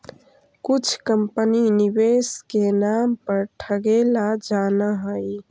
कुछ कंपनी निवेश के नाम पर ठगेला जानऽ हइ